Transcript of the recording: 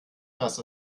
dass